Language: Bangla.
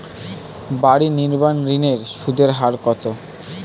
বাড়ি নির্মাণ ঋণের সুদের হার কত?